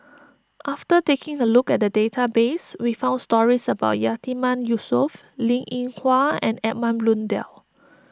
after taking a look at the database we found stories about Yatiman Yusof Linn in Hua and Edmund Blundell